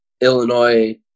Illinois